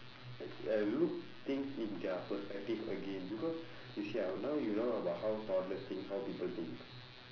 look thing in their perspective again because you see ah now you know about how toddlers think how people think